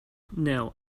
know